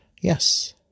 yes